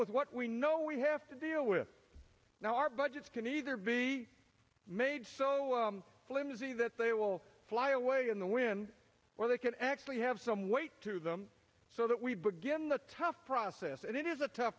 with what we know we have to deal with now our budgets can either be made so flimsy that they will fly away in the wind or they can actually have some weight to them so that we begin the tough process and it is a tough